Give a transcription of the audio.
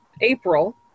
April